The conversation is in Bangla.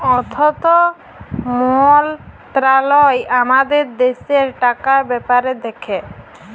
অথ্থ মলত্রলালয় আমাদের দ্যাশের টাকার ব্যাপার দ্যাখে